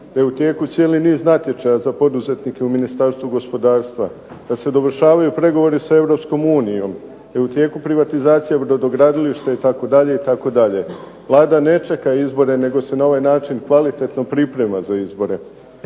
da je u tijeku cijeli niz natječaja za poduzetnike u Ministarstvu gospodarstva, da se dovršavaju pregovori sa EU, da je u tijeku privatizacija brodogradilišta itd. Vlada ne čeka izbore nego se na ovaj način kvalitetno priprema za izbore.